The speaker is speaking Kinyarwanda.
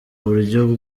buryo